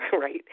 right